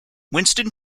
winston